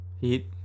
heat